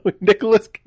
Nicholas